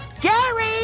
Gary